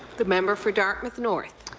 the member for dartmouth north.